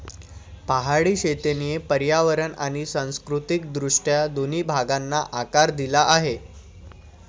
पहाडी शेतीने पर्यावरण आणि सांस्कृतिक दृष्ट्या दोन्ही भागांना आकार दिला आहे